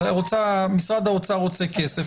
משרד האוצר רוצה כסף,